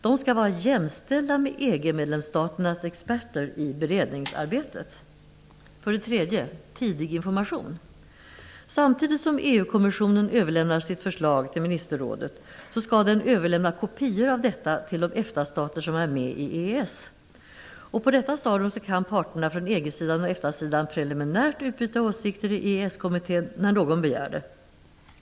De skall vara jämställda med EG-medlemsstaternas experter i beredningsarbetet. För det tredje: Vi får tillgång till tidig information. Samtidigt som EU-kommissionen överlämnar sitt förslag till ministerrådet skall den överlämna kopior av detta till de EFTA-stater som är med i EES. På detta stadium kan parterna från EG-sidan och EFTA-sidan preliminärt utbyta åsikter i EES kommitten när någon begär det.